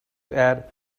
add